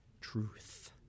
Truth